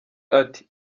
ati